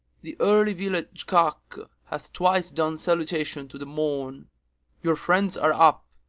the early village-cock hath twice done salutation to the morn your friends are up,